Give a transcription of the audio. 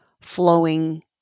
flowing